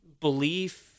belief